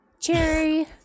Cherry